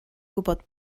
gwybod